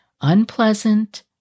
unpleasant